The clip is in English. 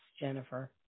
Jennifer